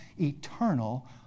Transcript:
eternal